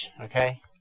Okay